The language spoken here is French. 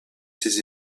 ses